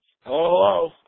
Hello